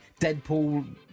Deadpool